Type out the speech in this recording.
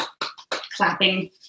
clapping